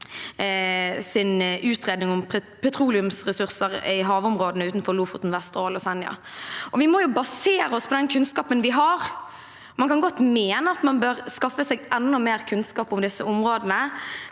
om petroleumsressurser i havområdene utenfor Lofoten, Vesterålen og Senja. Vi må jo basere oss på den kunnskapen vi har. Man kan godt mene at man bør skaffe seg enda mer kunnskap om disse områdene,